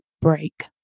break